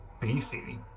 beefy